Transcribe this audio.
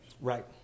Right